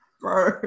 Bro